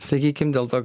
sakykim dėl to